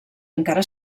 encara